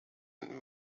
and